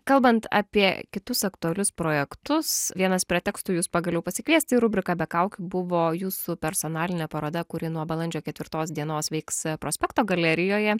kalbant apie kitus aktualius projektus vienas pretekstu jus pagaliau pasikviesti į rubriką be kaukių buvo jūsų personalinė paroda kuri nuo balandžio ketvirtos dienos veiks prospekto galerijoje